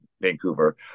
Vancouver